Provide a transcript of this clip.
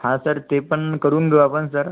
हा सर ते पण करून घेऊ आपण सर